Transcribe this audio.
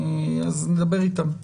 דבר אתם.